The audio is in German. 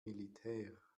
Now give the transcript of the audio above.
militär